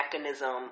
mechanism